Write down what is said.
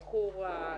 חורה,